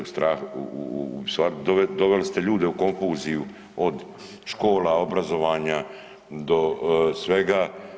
U stvari doveli ste ljude u konfuziju od škola, obrazovanja do svega.